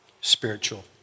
spiritual